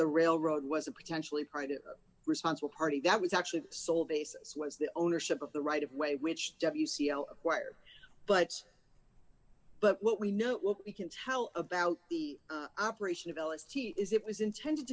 the railroad was a potentially private responsible party that was actually sole basis was the ownership of the right of way which where but but what we know what we can tell about the operation of l s t is it was intended